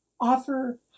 Offer